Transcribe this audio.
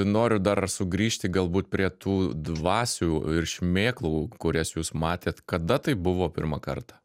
noriu dar sugrįžti galbūt prie tų dvasių ir šmėklų kurias jūs matėt kada tai buvo pirmą kartą